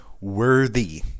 worthy